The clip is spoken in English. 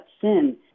sin